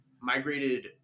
migrated